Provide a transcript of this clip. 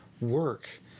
work